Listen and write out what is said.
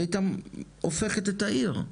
היא היתה הופכת את העיר.